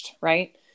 right